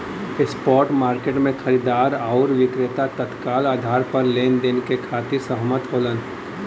spot market में खरीदार आउर विक्रेता तत्काल आधार पर लेनदेन के खातिर सहमत होलन